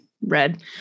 red